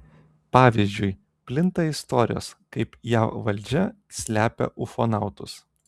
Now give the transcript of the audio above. pavyzdžiui plinta istorijos kaip jav valdžia slepia ufonautus